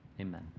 amen